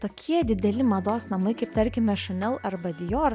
tokie dideli mados namai kaip tarkime šanel arba dior